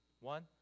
One